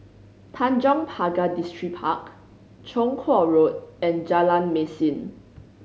Tanjong Pagar Distripark Chong Kuo Road and Jalan Mesin